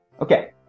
Okay